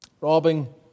robbing